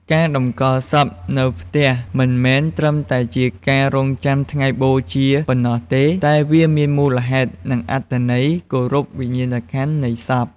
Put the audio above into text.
ការតម្កល់សពនៅផ្ទះមិនមែនត្រឹមតែជាការរង់ចាំថ្ងៃបូជាប៉ុណ្ណោះទេ តែវាមានមូលហេតុ និងអត្ថន័យគោរពវិញ្ញាណក្ខន្ធនៃសព។